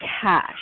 cash